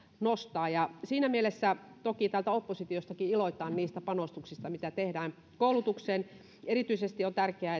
nostaa ja siinä mielessä toki täältä oppositiostakin iloitaan niistä panostuksista mitä tehdään koulutukseen erityisen tärkeää